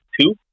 two